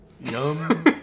Yum